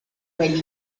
quelli